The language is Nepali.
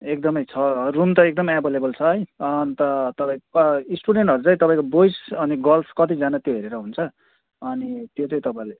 एकदमै छ रुम त एकदमै एभाइलेबल छ है अन्त तपाईँको स्टुडेन्टहरू चै तपाईँको बोइज अनि गर्ल्स कतिजाना त्यो हेरेर हुन्छ अनि त्यो चाहिँ तपाईँले